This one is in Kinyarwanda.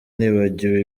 nibagiwe